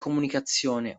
comunicazione